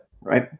right